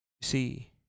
see